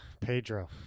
Pedro